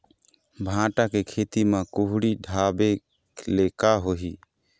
भांटा के खेती म कुहड़ी ढाबे ले का होही?